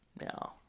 No